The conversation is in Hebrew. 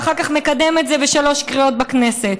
ואחר כך מקדם את זה בשלוש קריאות בכנסת.